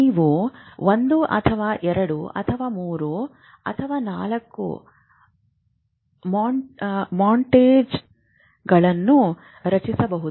ನೀವು 1 ಅಥವಾ 2 ಅಥವಾ 3 ಅಥವಾ 4 ಮಾಂಟೇಜ್ಗಳನ್ನು ರಚಿಸಬಹುದು